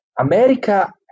America